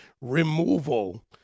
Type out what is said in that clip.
Removal